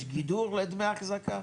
יש גידור לדמי אחזקה?